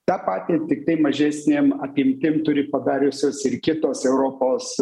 tą patį tiktai mažesnėm apimtim turi padariusios ir kitos europos